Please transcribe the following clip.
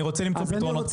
אני רוצה למצוא פתרונות.